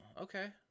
okay